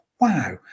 Wow